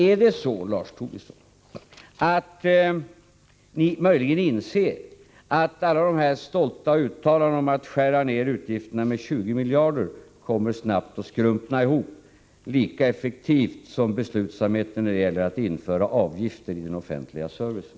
Är det så, Lars Tobisson, att ni möjligen inser att alla dessa stolta uttalanden om att skära ned utgifterna med 20 miljarder snabbt kommer att skrumpna ihop -— lika effektivt som beslutsamheten beträffande att införa avgifter inom den offentliga servicen?